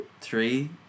Three